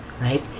right